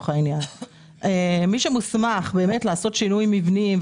מי שמוסמך לעשות שינויים מבניים,